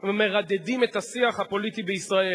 ומרדדים את השיח הפוליטי בישראל.